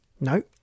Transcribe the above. No